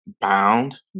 bound